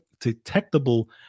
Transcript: detectable